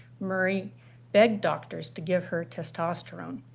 murray begged doctors to give her testosterone.